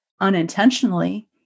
unintentionally